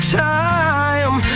time